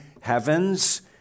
heavens